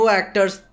actors